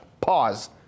Pause